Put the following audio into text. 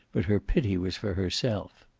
but her pity was for herself.